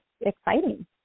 exciting